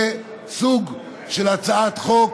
זה סוג של הצעת חוק